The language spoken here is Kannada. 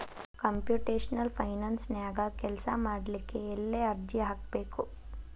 ಕಂಪ್ಯುಟೆಷ್ನಲ್ ಫೈನಾನ್ಸನ್ಯಾಗ ಕೆಲ್ಸಾಮಾಡ್ಲಿಕ್ಕೆ ಎಲ್ಲೆ ಅರ್ಜಿ ಹಾಕ್ಬೇಕು?